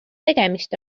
tegemist